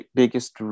biggest